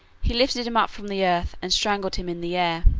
he lifted him up from the earth and strangled him in the air.